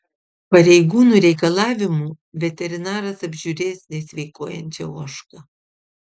pareigūnų reikalavimu veterinaras apžiūrės nesveikuojančią ožką